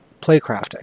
Playcrafting